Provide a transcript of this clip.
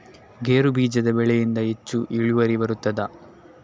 ಗೇರು ಬೀಜದ ಬೆಳೆಯಿಂದ ಹೆಚ್ಚು ಇಳುವರಿ ಬರುತ್ತದಾ?